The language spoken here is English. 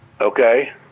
Okay